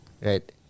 right